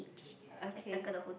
okay